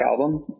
Album